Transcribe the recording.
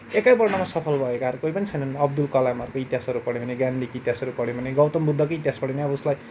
एकैपल्टमा सफल भएकाहरू कोही पनि छैन अब्दुल कलामहरूको इतिहासहरू पढ्यो भने गान्धीको इतिहासहरू पढ्यो भने गौतम बुद्धकै इतिहास पढ्यो भने अब उसलाई